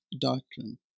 doctrine